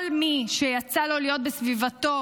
כל מי שיצא לו להיות בסביבתו